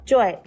Joy，